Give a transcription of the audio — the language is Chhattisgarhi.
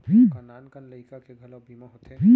का नान कन लइका के घलो बीमा होथे?